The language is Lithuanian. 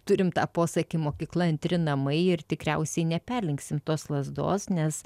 turim tą posakį mokykla antri namai ir tikriausiai neperlenksim tos lazdos nes